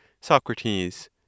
Socrates